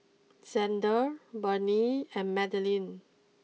Zander Barnie and Madeline